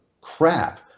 crap